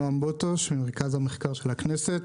אני ממרכז המחקר והמידע של הכנסת.